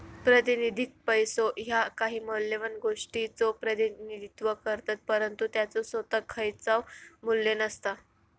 प्रातिनिधिक पैसो ह्या काही मौल्यवान गोष्टीचो प्रतिनिधित्व करतत, परंतु त्याचो सोताक खयचाव मू्ल्य नसता